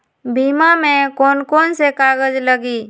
बीमा में कौन कौन से कागज लगी?